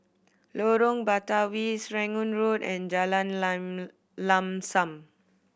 Lorong Batawi Serangoon Road and Jalan Lam Lam Sam